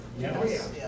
Yes